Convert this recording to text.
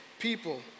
People